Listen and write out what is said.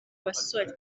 basore